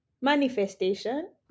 manifestation